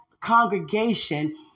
congregation